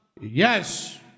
Yes